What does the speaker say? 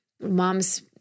Mom's